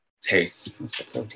taste